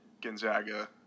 Gonzaga